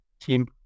team